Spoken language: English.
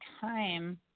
time